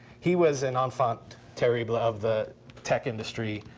he was an enfant terrible of the tech industry.